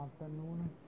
afternoon